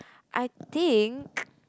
I think